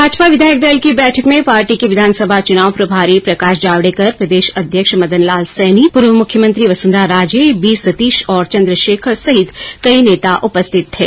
भाजपा विधायक दल की बैठक में पार्टी के विधानसभा चुनाव प्रभारी प्रकाश जावडेकर प्रदेश अध्यक्ष मदन लाल सैनी पूर्व मुख्यमंत्री वसुंधरा राजे बी सतीश और चन्द्रशेखर सहित कई नेता उपस्थित थे